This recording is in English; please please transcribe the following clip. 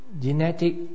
genetic